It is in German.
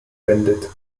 bendit